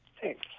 Thanks